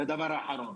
ודבר אחרון,